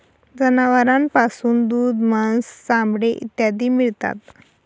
जनावरांपासून दूध, मांस, चामडे इत्यादी मिळतात